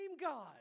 God